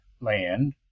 land